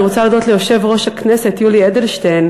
אני רוצה להודות ליושב-ראש הכנסת יולי אדלשטיין,